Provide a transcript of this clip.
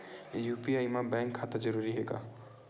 UPI मा bank खाता जरूरी हे?